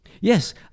yes